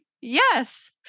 yes